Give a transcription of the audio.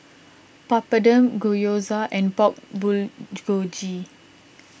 Papadum Gyoza and Pork Bulgogi